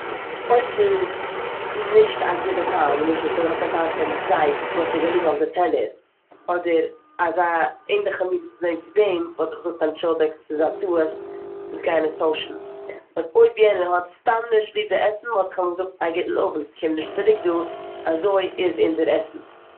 אויב ס'נישט א גוטע טעם למשל ס'האט א טעם פון זייף וואס איז געליגן אויף די טעלער וואלט אדער אזא ענליכע מינע פראבלעם צו דעם וואלט איך געזאגט אנטשולדיגט, ס'איז א טעות, אונז גייען עס טוישן. באט אויב יענער האט סתם נישט ליב די עסן וואלט איך אים געזאגט א גוטן אוונט, קום נישט צוריק דא, אזוי איז אונזער עסן.